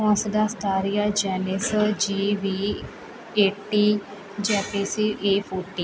ਹੰਸਦਾ ਸਟਾਰੀਆ ਜੈਨੇਸ ਜੀਵੀ ਏਟੀ ਜੈਪੇਸੀ ਏ ਫੋਟੀ